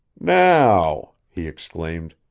now, he exclaimed.